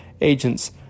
agents